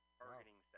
targeting